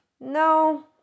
no